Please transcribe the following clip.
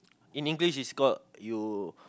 in english it's called you